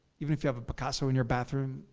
even if you have a picasso in your bathroom.